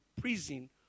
prison